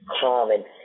common